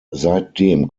seitdem